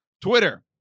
Twitter